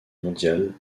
mondiale